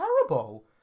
terrible